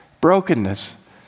Brokenness